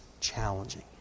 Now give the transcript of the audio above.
challenging